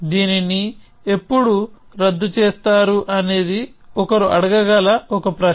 దీనిని ఎప్పుడు రద్దు చేస్తారు అనేది ఒకరు అడగగల ఒక ప్రశ్న